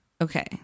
Okay